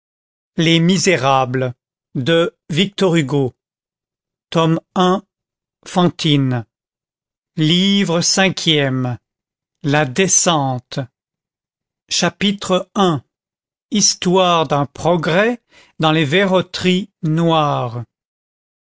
iii l'alouette livre cinquième la descente chapitre i histoire d'un progrès dans les verroteries noires